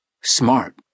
Smart